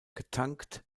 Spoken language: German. getankt